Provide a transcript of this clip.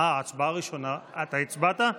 אתה הצבעת?